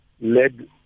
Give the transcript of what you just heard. led